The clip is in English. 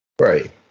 Right